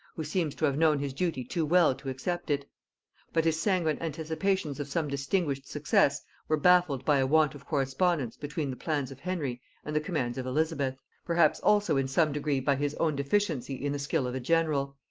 who seems to have known his duty too well to accept it but his sanguine anticipations of some distinguished success were baffled by a want of correspondence between the plans of henry and the commands of elizabeth perhaps also in some degree by his own deficiency in the skill of a general.